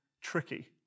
tricky